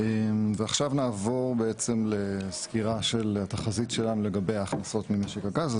עכשיו בעצם נעבור לסקירה של התחזית שלנו לגבי ההכנסות ממשק הגז.